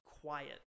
quiet